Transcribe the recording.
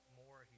more